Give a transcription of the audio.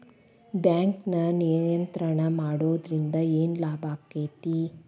ಬ್ಯಾಂಕನ್ನ ನಿಯಂತ್ರಣ ಮಾಡೊದ್ರಿಂದ್ ಏನ್ ಲಾಭಾಕ್ಕತಿ?